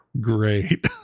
great